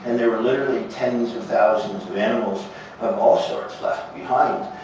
and there were literally tens of thousands of animals of all sorts left behind.